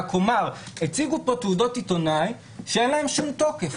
הציגו פה תעודות עיתונאי שאין להן שום תוקף.